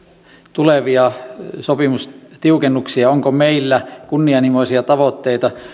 tulevia sopimustiukennuksia onko meillä kunnianhimoisia tavoitteita